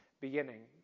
beginning